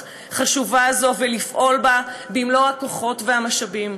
חשובה הזאת ולפעול בה במלוא הכוחות והמשאבים,